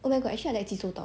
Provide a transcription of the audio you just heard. oh my gosh I like 济州岛